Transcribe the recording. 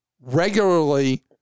regularly